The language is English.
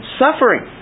suffering